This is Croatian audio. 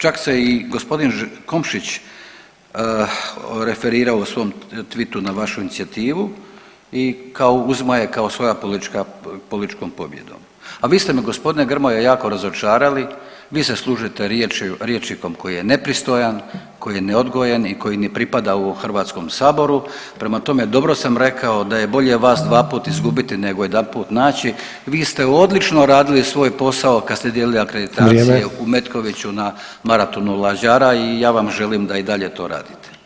Čak se i g. Komšić referirao u svom twitu na vašu inicijativu i kao, uzima je kao svoja političkom pobjedom, a vi ste me g. Grmoja jako razočarali, vi se služite rječnikom koji je nepristojan, koji je neodgojen i koji ne pripada u HS-u, prema tome, dobro sam rekao da je bolje vas dvaput izgubiti nego jedanput naći, vi ste odlično radili svoj posao kad ste dijelili akreditacije [[Upadica: Vrijeme.]] u Metkoviću na Maratonu lađara i ja vam želim da i dalje to radite.